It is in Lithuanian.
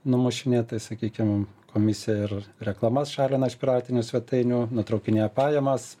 numušinėt tai sakykim komisija ir reklamas šalina iš piratinių svetainių nutraukinėja pajamas